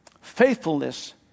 faithfulness